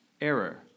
error